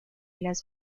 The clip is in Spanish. las